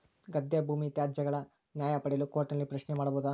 ಗದ್ದೆ ಭೂಮಿ ವ್ಯಾಜ್ಯಗಳ ನ್ಯಾಯ ಪಡೆಯಲು ಕೋರ್ಟ್ ನಲ್ಲಿ ಪ್ರಶ್ನೆ ಮಾಡಬಹುದಾ?